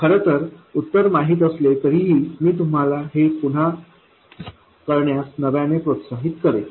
खरं तर उत्तर माहित असले तरीही मी तुम्हाला हे पुन्हा करण्यास नव्याने प्रोत्साहित करेन